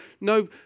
no